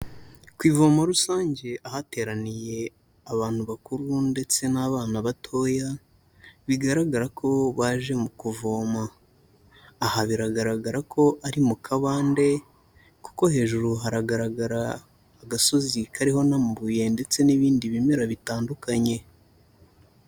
Ku ivomo rusange, ahateraniye abantu bakuru ndetse n'abana batoya, bigaragara ko baje mu kuvoma. Aha biragaragara ko ari mu kabande kuko hejuru haragaragara agasozi kariho n'amabuye ndetse n'ibindi bimera bitandukanye.